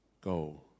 Go